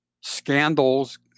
scandals